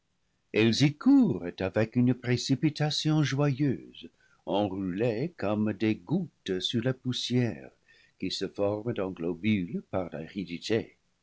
elles y courent avec une précipita tion joyeuse enroulées comme des gouttes sur la poussière qui se forment en globules par